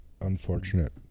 unfortunate